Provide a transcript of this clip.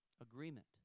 Agreement